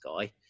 guy